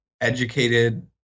educated